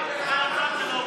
זה יפה שאתה מסתכל על